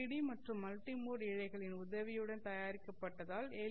D மற்றும் multimode இழைகளின் உதவியுடன் தயாரிக்கப்பட்டதால் எல்